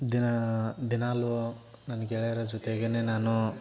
ದಿನಾ ದಿನಾಲೂ ನನ್ನ ಗೆಳೆಯರ ಜೊತೆಗೇ ನಾನು